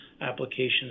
applications